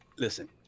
Listen